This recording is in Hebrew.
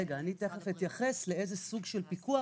אני תכף אתייחס לאיזה סוג של פיקוח